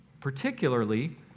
Particularly